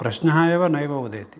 प्रश्नः एव नैव उदेति